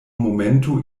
momento